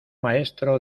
maestro